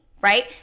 Right